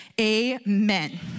amen